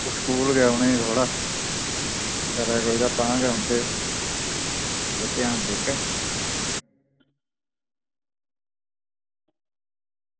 school गै उनेंगी थोह्ड़ा करना चाहिदा तां गै उंदे ओह् ध्यान देचै